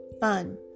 fun